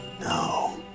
No